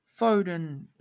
Foden